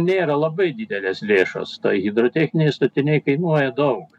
nėra labai didelės lėšos hidrotechniniai statiniai kainuoja daug